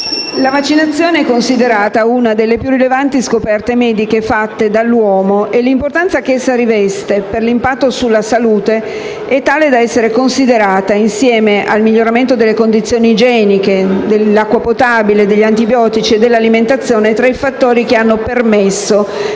La vaccinazione è considerata una delle più rilevanti scoperte mediche fatte dall'uomo e l'importanza che essa riveste per l'impatto sulla salute è tale da essere considerata, insieme al miglioramento delle condizioni igieniche, dell'acqua potabile, degli antibiotici e dell'alimentazione, tra i fattori che hanno permesso di raddoppiare negli ultimi